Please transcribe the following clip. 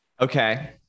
Okay